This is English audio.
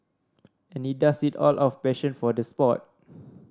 and he does it all out of passion for the sport